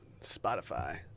Spotify